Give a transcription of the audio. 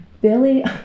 Billy